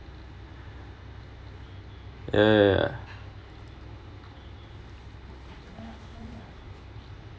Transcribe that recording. ya ya ya